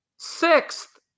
Sixth